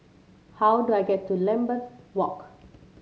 how do I get to Lambeth Walk